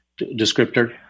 descriptor